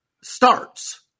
starts